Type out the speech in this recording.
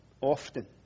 often